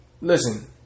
listen